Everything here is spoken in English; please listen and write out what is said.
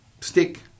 stick